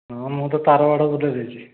ହଁ ମୁଁ ତ ତାର ବାଡ଼ ବୁଜେଇ ଦେଇଛି